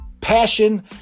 passion